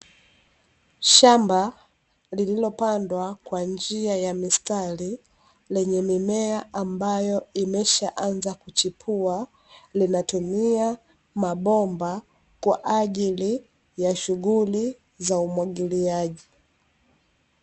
Shamba lililopandwa kwa njia ya mistari, lenye mimea ambayo imeshaanza kuchipua, linatumia mabomba, kwa ajili ya shughuli za umwagiliaji.